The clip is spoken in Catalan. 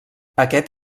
aquest